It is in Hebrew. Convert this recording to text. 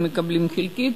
הם מקבלים חלקית.